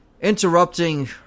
interrupting